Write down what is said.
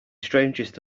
strangest